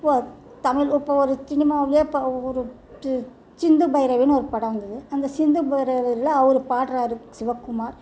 இப்போது தமிழ் இப்போ ஒரு சினிமாவிலே இப்போ ஒரு சிந்து பைரவினு ஒரு படம் வந்தது அந்த சிந்து பைரவியில் அவர் பாடுறாரு சிவக்குமார்